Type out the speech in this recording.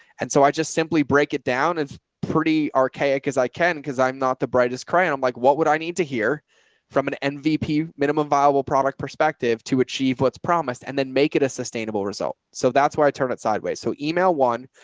and so i just simply break it down. pretty archaic as i can. cause i'm not the brightest cry. and i'm like, what would i need to hear from an an mvp, minimum viable product perspective to achieve what's promised and then make it a sustainable result. so that's why i turn it sideways. so email one.